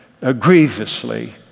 grievously